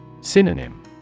Synonym